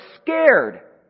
scared